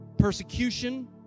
Persecution